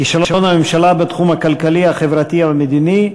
כישלון הממשלה בתחום הכלכלי, החברתי והמדיני.